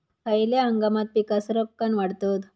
खयल्या हंगामात पीका सरक्कान वाढतत?